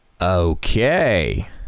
Okay